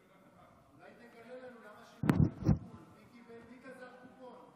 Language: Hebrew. אולי תגלה לנו למה שילמתם כפול, מי גזר קופון,